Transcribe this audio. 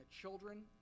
children